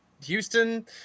Houston